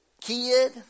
kid